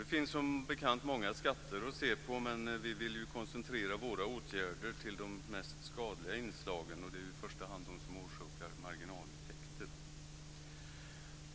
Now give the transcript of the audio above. Det finns som bekant många skatter att se på. Vi vill koncentrera våra åtgärder till de mest skadliga inslagen, och det är i första hand de som orsakar marginaleffekter.